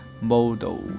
model